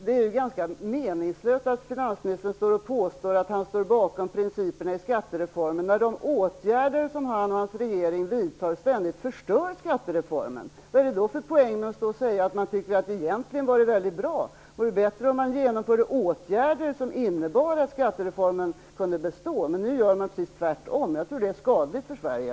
Det är ganska meningslöst av finansministern att påstå att han står bakom principerna i skattereformen när de åtgärder som han och hans regering vidtar ständigt förstör skattereformen. Vad är det då för poäng med att säga att man tycker att den egentligen var väldigt bra. Det vore bättre om man genomförde åtgärder som innebar att skattereformen kunde bestå. Men man gör precis tvärtom. Jag tror att det är skadligt för Sverige.